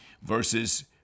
Verses